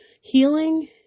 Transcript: healing